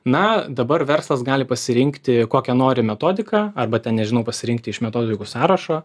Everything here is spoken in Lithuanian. na dabar verslas gali pasirinkti kokią nori metodiką arba ten nežinau pasirinkti iš metodikų sąrašo